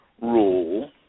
rule